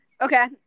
Okay